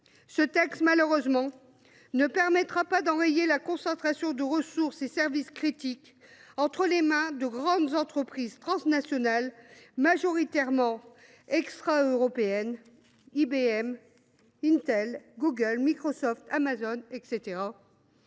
Ce texte, malheureusement, ne permettra pas d’enrayer la concentration des ressources et des services critiques entre les mains de grandes entreprises transnationales, majoritairement extraeuropéennes – IBM, Intel, Google, Microsoft, Amazon, etc.